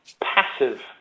passive